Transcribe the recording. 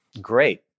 great